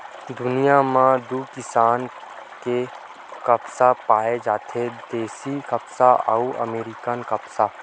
दुनिया म दू किसम के कपसा पाए जाथे देसी कपसा अउ अमेरिकन कपसा